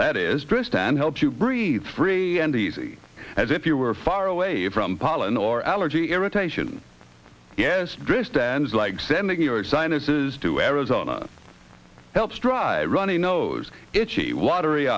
that is tristan helps you breathe free and easy as if you were far away from pollen or allergy irritation yes tristan's like sending your sinuses to arizona helps try runny nose itchy watery